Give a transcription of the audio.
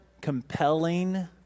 compelling